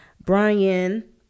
Brian